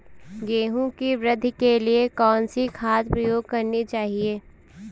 गेहूँ की वृद्धि के लिए कौनसी खाद प्रयोग करनी चाहिए?